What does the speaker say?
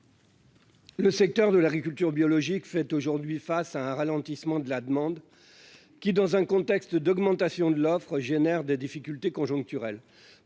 Le secteur de l'agriculture biologique fait aujourd'hui face à un ralentissement de la demande qui, dans un contexte d'augmentation de l'offre génère des difficultés conjoncturelles